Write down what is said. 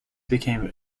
became